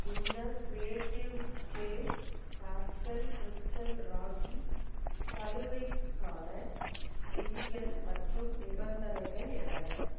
இந்த creative space pastel crystal rocky சலுகைக்கான விதிகள் மற்றும் நிபந்தனைகள் என்ன